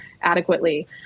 adequately